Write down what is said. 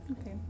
Okay